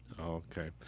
Okay